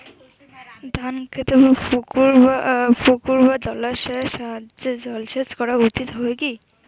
ধান খেতে পুকুর বা জলাশয়ের সাহায্যে জলসেচ করা উচিৎ হবে কি?